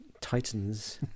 titans